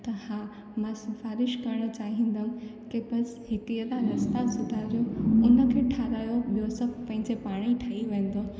त हा मां सिफ़ारिश करणु चाहींदमि की बसि हिते जा रस्ता सुठा थियनि उन खे ठाराहियो ॿियो सभु पंहिंजे पाण ई ठही वेंदो